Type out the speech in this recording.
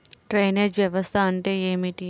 Drainage వ్యవస్థ అంటే ఏమిటి?